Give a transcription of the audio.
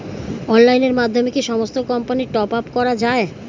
অনলাইনের মাধ্যমে কি সমস্ত কোম্পানির টপ আপ করা যায়?